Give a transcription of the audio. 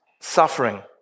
suffering